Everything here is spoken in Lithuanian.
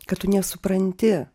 kad tu nesupranti